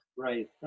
Right